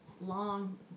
long